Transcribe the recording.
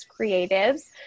Creatives